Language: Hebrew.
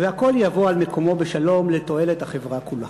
והכול יבוא על מקומו בשלום לתועלת החברה כולה.